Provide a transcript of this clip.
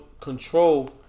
Control